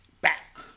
Back